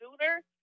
sooner